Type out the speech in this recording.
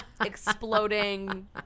exploding